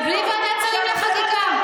ובלי ועדת שרים לחקיקה.